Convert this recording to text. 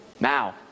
Now